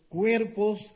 cuerpos